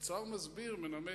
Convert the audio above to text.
האוצר מסביר, מנמק.